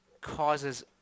causes